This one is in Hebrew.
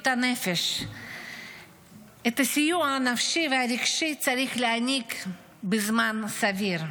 את הסיוע הנפשי והרגשי צריך להעניק בזמן סביר,